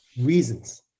reasons